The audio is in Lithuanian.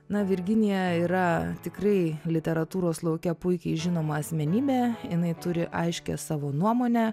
na virginija yra tikrai literatūros lauke puikiai žinoma asmenybė jinai turi aiškią savo nuomonę